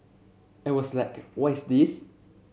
I was like what is this